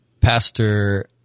Pastor